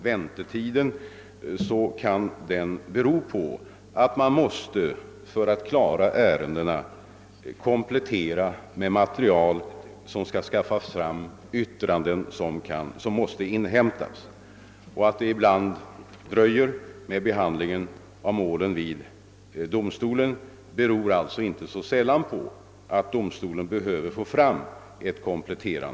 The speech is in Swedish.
— Väntetiden kan också bero på att man för att klara ärenden måste inhämta kompletterande material i form av yttranden o. d. Detta händer inte alltför sällan.